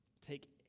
Take